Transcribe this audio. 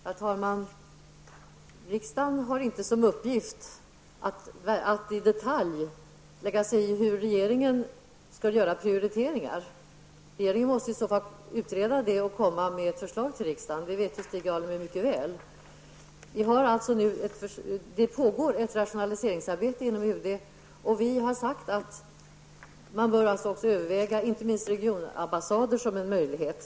Herr talman! Riksdagen har inte som uppgift att i detalj lägga sig i hur regeringen skall göra prioriteringar. Stig Alemyr vet mycket väl att regeringen måste utreda det och komma med ett förslag till riksdagen. Det pågår ett rationaliseringsarbete inom UD, och vi har sagt att man bör överväga inte minst regionambassader som en möjlighet.